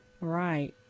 Right